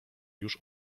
już